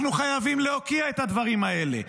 אנחנו חייבים להוקיע את הדברים האלה,